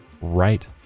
right